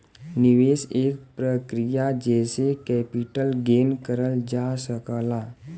निवेश एक प्रक्रिया जेसे कैपिटल गेन करल जा सकला